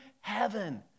heaven